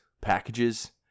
packages